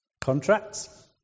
Contracts